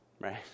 Right